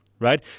Right